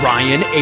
Ryan